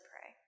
pray